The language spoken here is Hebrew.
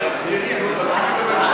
מירי, נו,